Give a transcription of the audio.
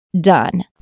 done